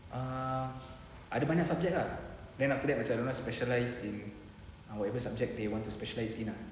ah ada banyak subject ah then after that macam dorang specialise in whatever subject they want to specialise in ah